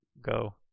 go